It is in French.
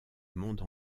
monde